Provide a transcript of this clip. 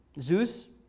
Zeus